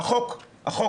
עזוב.